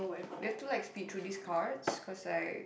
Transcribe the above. we have to like speed through these cards cause like